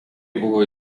buvo